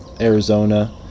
Arizona